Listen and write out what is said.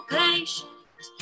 patient